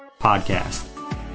podcast